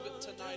tonight